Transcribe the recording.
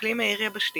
אקלים העיר יבשתי